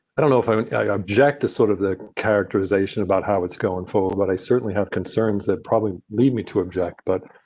don't know if i mean yeah i ah object to sort of the characterization about how it's going forward, but i certainly have concerns that probably lead me to object but.